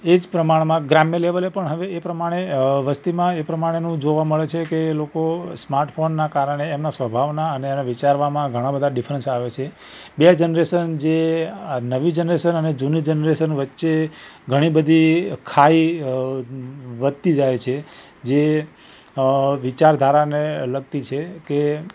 એ જ પ્રમાણમાં ગ્રામ્ય લેવલે પણ હવે એ પ્રમાણે અ વસ્તીમાં એ પ્રમાણેનું જોવા મળે છે કે એ લોકો સ્માર્ટફોનના કારણે એમના સ્વભાવના અને એના વિચારવામાં ઘણા બધા ડિફરન્સ આવે છે બે જનરેશન જે નવી જનરેશન અને જૂની જનરેશન વચ્ચે ઘણી બધી ખાઈ વધતી જાય છે જે વિચારધારાને લગતી છે કે